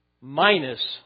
minus